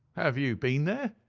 have you been there?